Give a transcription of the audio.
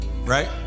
right